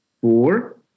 four